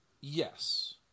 yes